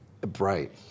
Bright